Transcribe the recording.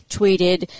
tweeted